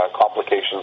complications